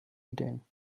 ideen